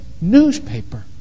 newspaper